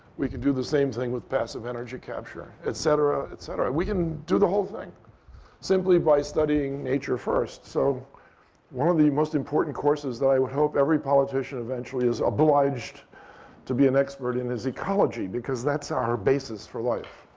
we can do the same thing with passive energy capture, et cetera, et cetera. we can do the whole thing simply by studying nature first. so one of the most important courses that i would hope every politician eventually is obliged to be an expert in is ecology, because that's our basis for life.